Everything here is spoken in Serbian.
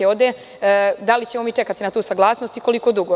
Znači, da li ćemo mi čekati na tu saglasnost i koliko dugo?